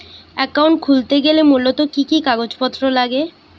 Account খুলতে গেলে মূলত কি কি কাগজপত্র লাগে?